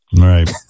right